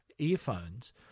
earphones